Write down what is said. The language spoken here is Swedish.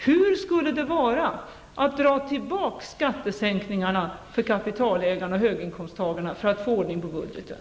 Hur skulle det vara att dra tillbaks skattesänkningarna för kapitalägarna och höginkomsttagarna för att få ordning på budgeten?